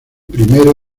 primero